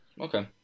Okay